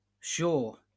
Sure